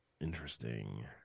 Interesting